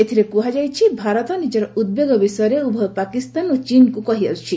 ଏଥିରେ କୃହାଯାଇଛି ଭାରତ ନିଜର ଉଦ୍ବେଗ ବିଷୟରେ ଉଭୟ ପାକିସ୍ତାନ ଓ ଚୀନ୍କୃ କହିଆସ୍ବଛି